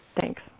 Thanks